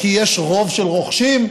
כי יש רוב של רוכשים,